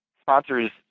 sponsors